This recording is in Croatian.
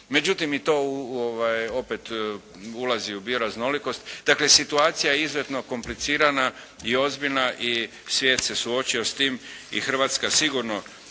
Međutim i to opet ulazi u bioraznolikost. Dakle situacija je izuzetno komplicirana i ozbiljna i svijet se suočio s tim. I Hrvatska sigurno